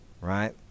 right